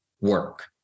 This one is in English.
work